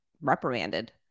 reprimanded